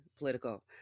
political